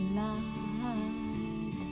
light